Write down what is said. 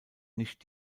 nicht